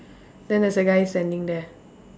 then there's a guy standing there